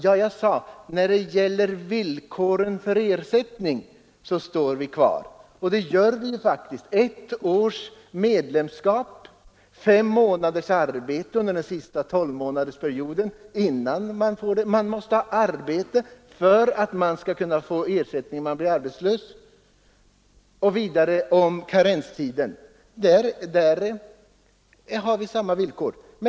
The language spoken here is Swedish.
Ja, jag sade att när det gäller villkoren för ersättning står vi kvar på denna nivå. Och det gör vi: exempelvis ett års medlemskap och fem månaders arbete under den senaste tolvmånadersperioden innan man kan få ersättning. Man måste alltså ha haft arbete under denna tid för att man skall få ersättning om man blir arbetslös. Beträffande karenstiden har vi i stort sett samma villkor.